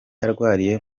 arwariye